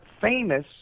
famous